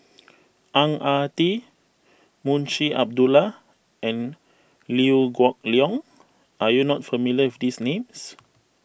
Ang Ah Tee Munshi Abdullah and Liew Geok Leong are you not familiar with these names